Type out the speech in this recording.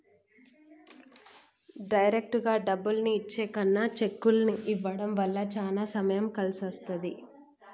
డైరెక్టుగా డబ్బుల్ని ఇచ్చే కన్నా చెక్కుల్ని ఇవ్వడం వల్ల చానా సమయం కలిసొస్తది